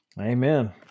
Amen